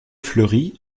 fleury